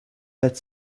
put